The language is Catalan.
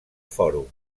fòrum